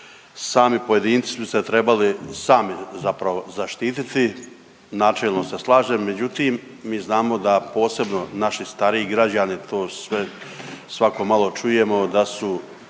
sami pojedinci bi se trebali sami zapravo zaštiti. Načelno se slažem, međutim mi znamo da posebno naši stariji građani to svako malo čujemo, da su